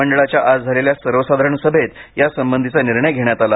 मंडळाच्या आज झालेल्या सर्वसाधारण सभेत यांसंबंधीचा निर्णय घेण्यात आला